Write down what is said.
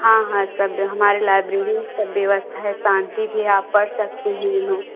हाँ हाँ सब्य हमारे लाइब्रेरी सब व्यवस्था है शांति भी आप पढ़ सकती हैं यहाँ